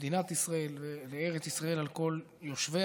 למדינת ישראל ולארץ ישראל על כל יושביה.